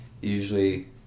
usually